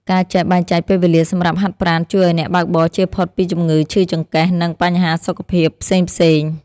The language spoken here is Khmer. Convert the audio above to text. ការចេះបែងចែកពេលវេលាសម្រាប់ហាត់ប្រាណជួយឱ្យអ្នកបើកបរជៀសផុតពីជំងឺឈឺចង្កេះ និងបញ្ហាសុខភាពផ្សេងៗ។